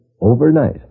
Overnight